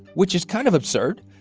which is kind of absurd.